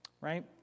Right